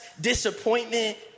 disappointment